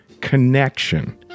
connection